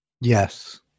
Yes